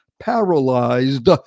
paralyzed